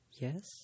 yes